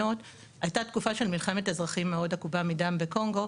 הייתה תקופה של מלחמת אזרחית מאוד עקובה מדם בקונגו,